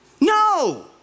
No